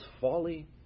folly